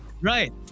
Right